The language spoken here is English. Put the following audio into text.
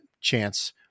chance